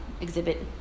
exhibit